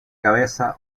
cabeza